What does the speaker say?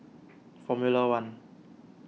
formula one